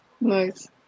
Nice